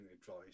advice